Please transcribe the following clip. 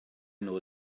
know